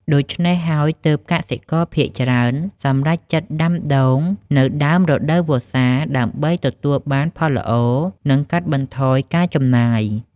ដូច្នេះហើយ ទើបកសិករភាគច្រើនសម្រេចចិត្តដាំដូងនៅដើមរដូវវស្សាដើម្បីទទួលបានផលល្អ និងកាត់បន្ថយការចំណាយ។